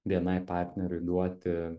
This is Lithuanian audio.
bni partneriui duoti